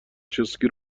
چسکی